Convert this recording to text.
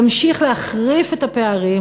ימשיך להחריף את הפערים,